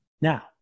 Now